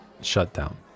shutdown